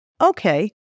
okay